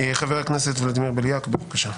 חבר הכנסת ולדימיר בליאק, בבקשה.